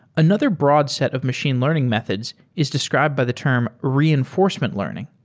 another broad set of machine learning methods is described by the term reinforcement learning.